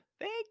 Thank